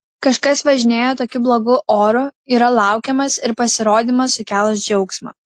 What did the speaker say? kažkas važinėja tokiu blogu oru yra laukiamas ir pasirodymas sukels džiaugsmą